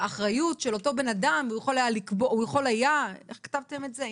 האחריות של אותו בן אדם, איך כתבתם את זה?